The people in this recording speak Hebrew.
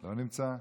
לא נמצא?